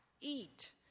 eat